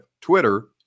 Twitter